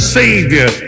savior